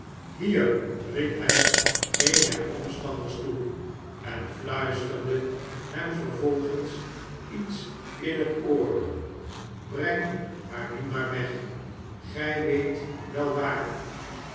hier riep hij een der omstanders toe en fiuisterde hem vervolgens iets in het oor breng haar nu maar weg gij weet wel waar